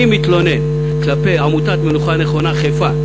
אני מתלונן כלפי עמותת "מנוחה נכונה" חיפה,